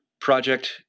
project